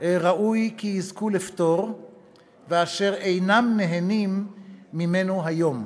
ראוי כי יזכו לפטור ואשר אינם נהנים ממנו היום.